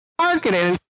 Marketing